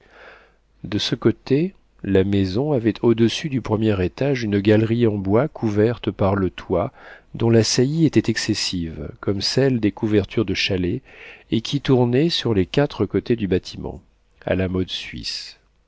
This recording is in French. de ce côté la maison avait au-dessus du premier étage une galerie en bois couverte par le toit dont la saillie était excessive comme celle des couvertures de chalet et qui tournait sur les quatre côtés du bâtiment à la mode suisse